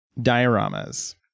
dioramas